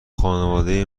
خانواده